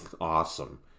awesome